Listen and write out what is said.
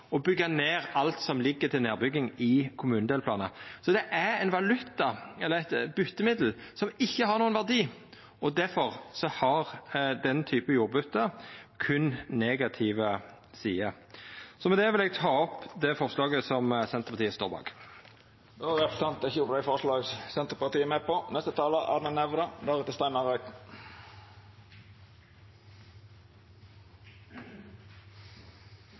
kommunedelplanar. Så det er ein valuta eller eit byttemiddel som ikkje har nokon verdi. Difor har den typen jordbytte berre negative sider. Med det vil eg ta opp det forslaget Senterpartiet står bak. Representanten Geir Pollestad har teke opp det forslaget han refererte til. Det er